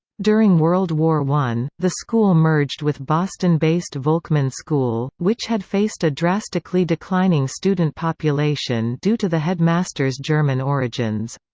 during world war i, the school merged with boston-based volkman school, which had faced a drastically declining student population due to the headmaster's german origins.